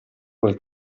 quel